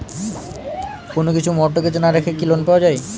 কোন কিছু মর্টগেজ না রেখে কি লোন পাওয়া য়ায়?